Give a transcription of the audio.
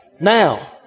now